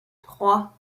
trois